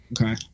Okay